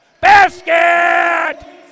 basket